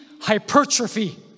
hypertrophy